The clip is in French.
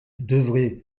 devaient